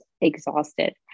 exhausted